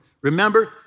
Remember